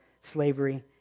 slavery